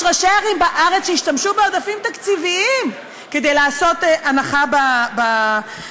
יש ראשי ערים בארץ שהשתמשו בעודפים תקציביים כדי לעשות הנחה בצהרונים.